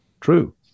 true